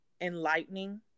enlightening